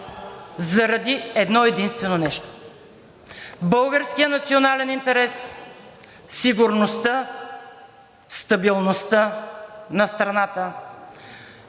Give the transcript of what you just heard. заради едно-единствено нещо – българския национален интерес, сигурността, стабилността на страната